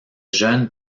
jeunes